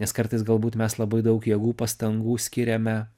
nes kartais galbūt mes labai daug jėgų pastangų skiriame